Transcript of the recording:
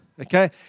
okay